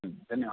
हुं धन्यवा